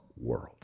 world